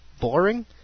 boring